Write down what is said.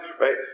right